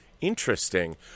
Interesting